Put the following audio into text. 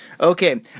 Okay